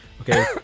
Okay